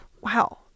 Wow